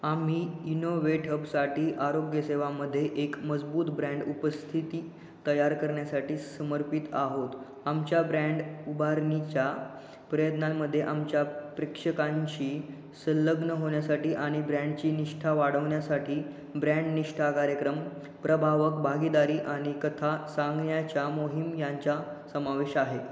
आम्ही इनोवेट अपसाठी आरोग्यसेवेमध्ये एक मजबूत ब्रँड उपस्थिती तयार करण्यासाठी समर्पित आहोत आमच्या ब्रँड उभारणीच्या प्रयत्नांमध्ये आमच्या प्रेक्षकांशी संलग्न होण्यासाठी आणि ब्रँडची निष्ठा वाढवण्यासाठी ब्रँड निष्ठा कार्यक्रम प्रभावक भागीदारी आणि कथा सांगण्याच्या मोहीम यांचा समावेश आहे